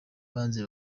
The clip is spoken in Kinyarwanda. abanzi